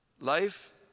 Life